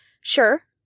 Sure